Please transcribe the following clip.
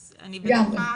אז אני בטוחה